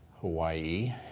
Hawaii